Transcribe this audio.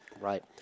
Right